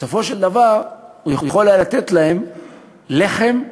בסופו של דבר הוא יכול היה לתת להם לחם ומלח.